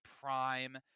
prime